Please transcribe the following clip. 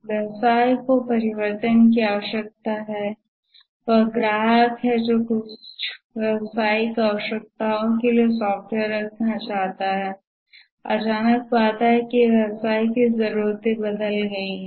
व्यवसाय को परिवर्तन की आवश्यकता है वह ग्राहक है जो कुछ व्यावसायिक आवश्यकताओं के लिए सॉफ़्टवेयर रखना चाहता था अचानक पाता है कि व्यवसाय की ज़रूरतें बदल गई हैं